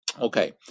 okay